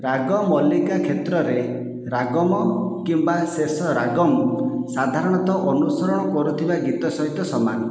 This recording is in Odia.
ରାଗମଲିକା କ୍ଷେତ୍ରରେ ରାଗମ କିମ୍ବା ଶେଷ ରାଗମ୍ ସାଧାରଣତଃ ଅନୁସରଣ କରୁଥିବା ଗୀତ ସହିତ ସମାନ